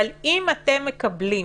אבל אם אתם מקבלים